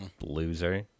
loser